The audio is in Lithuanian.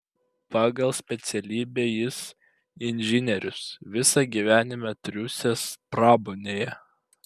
pagal specialybę jis inžinierius visą gyvenimą triūsęs pramonėje